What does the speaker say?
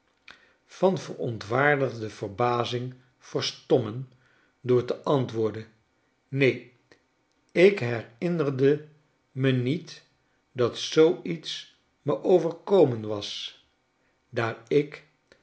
van verontwaardigdeverbazingverstommen door te antwoorden neen ik herinner de me niet dat zoo iets me overkomen was daar ik